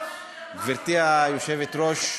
גברתי היושבת-ראש,